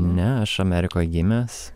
ne aš amerikoj gimęs